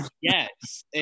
yes